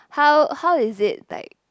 how how is it like